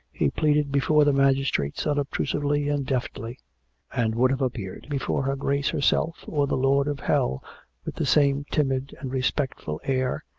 he pleaded before the magistrates unobtrusively and deftly and would have appeared before her grace herself or the lord of hell with the same timid and respectful air,